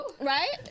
Right